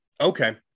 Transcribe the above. okay